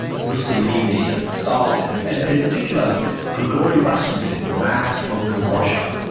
ah moussalini, and stalin and and and in particular grigori rasputin, the mad monk of russia.